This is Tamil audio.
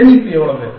சேமிப்பு எவ்வளவு